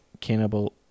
cannibal